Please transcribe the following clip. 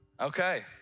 Okay